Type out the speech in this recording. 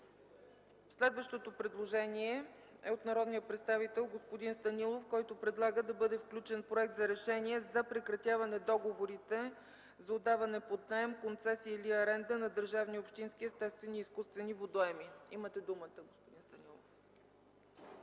Следващото предложение е от народния представител господин Станилов, който предлага да бъде включен Проект на решение за прекратяване договорите за отдаване под наем, концесии или аренда на държавни и общински естествени и изкуствени водоеми. Имате думата, господин Станилов.